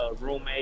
roommate